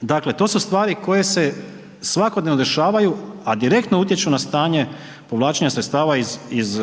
Dakle, to su stvari koje se svakodnevno dešavaju, a direktno utječu na stanje povlačenja sredstava iz